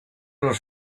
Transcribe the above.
los